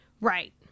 Right